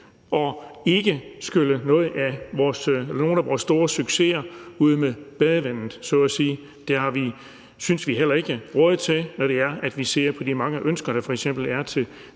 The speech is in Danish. og ikke skylle nogle af vores store succeser ud med badevandet så at sige. Det synes vi heller ikke at vi har råd til, når vi ser på de mange ønsker, der f.eks. er til